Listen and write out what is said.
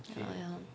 ya ya lor